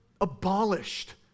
abolished